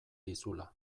dizula